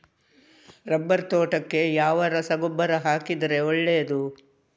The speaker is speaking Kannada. ರಬ್ಬರ್ ತೋಟಕ್ಕೆ ಯಾವ ರಸಗೊಬ್ಬರ ಹಾಕಿದರೆ ಒಳ್ಳೆಯದು?